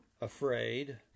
afraid